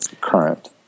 current